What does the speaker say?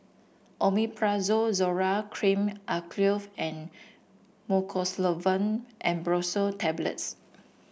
Omeprazole Zoral Cream Acyclovir and Mucosolvan AmbroxoL Tablets